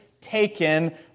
taken